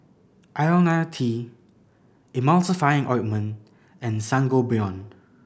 Ionil T Emulsying Ointment and Sangobion